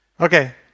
Okay